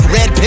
Red